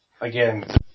again